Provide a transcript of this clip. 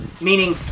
meaning